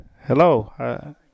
Hello